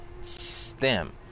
stem